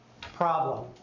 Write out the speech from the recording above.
problem